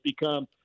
become